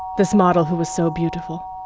this model who was so beautiful.